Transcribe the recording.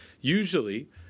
usually